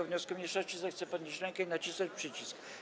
wniosku mniejszości, zechce podnieść rękę i nacisnąć przycisk.